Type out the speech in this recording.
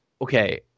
Okay